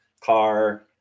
car